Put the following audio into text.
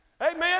Amen